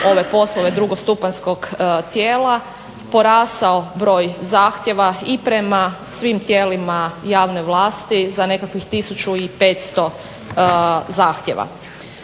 ove poslove drugostupanjskog tijela porastao broj zahtjeva i prema svim tijelima javne vlasti za nekakvih 1500 zahtjeva.